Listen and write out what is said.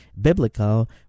biblical